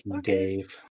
dave